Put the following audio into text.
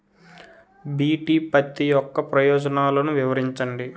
BT పత్తి యొక్క ప్రయోజనాలను వివరించండి?